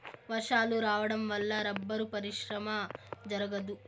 వర్షాలు రావడం వల్ల రబ్బరు పరిశ్రమ జరగదు